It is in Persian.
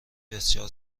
بسیار